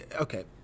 Okay